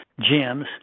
gyms